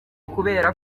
kubera